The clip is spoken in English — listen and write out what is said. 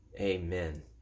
Amen